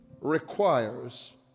requires